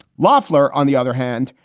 loffler on the other hand,